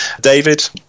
david